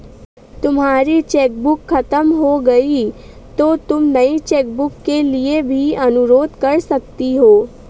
तुम्हारी चेकबुक खत्म हो गई तो तुम नई चेकबुक के लिए भी अनुरोध कर सकती हो